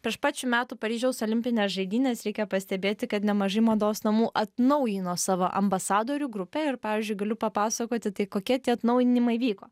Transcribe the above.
prieš pat šių metų paryžiaus olimpines žaidynes reikia pastebėti kad nemažai mados namų atnaujino savo ambasadorių grupę ir pavyzdžiui galiu papasakoti tai kokie tie atnaujinimai vyko